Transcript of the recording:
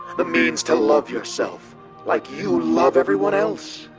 the means to love yourself like you love everyone else.